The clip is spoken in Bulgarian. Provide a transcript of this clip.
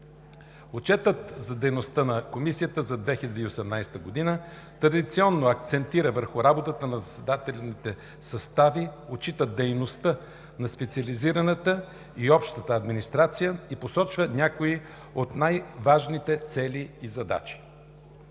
Отчетът за дейността на Комисията за защита от дискриминация за 2018 г. традиционно акцентира върху работата на заседателните състави, отчита дейността на специализираната и общата администрация и посочва някои от най-важните цели и задачи.